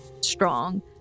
strong